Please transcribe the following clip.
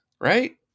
right